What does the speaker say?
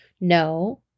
no